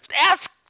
Ask